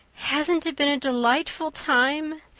hasn't it been a delightful time?